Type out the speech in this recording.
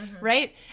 Right